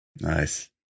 Nice